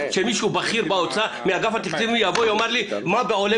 שמישהו בכיר באוצר מאגף התקציבים יבוא ויאמר לי מה עולה